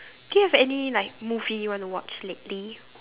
do you have any like movie you want to watch lately